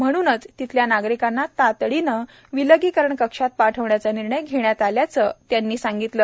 म्हणूनच तेथील नागरिकांना तातडीने विलगीकरण कक्षात पाठविण्याचा निर्णय घेण्यात आल्याचे त्यांनी सांगितले